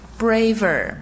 braver